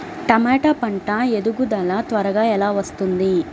టమాట పంట ఎదుగుదల త్వరగా ఎలా వస్తుంది?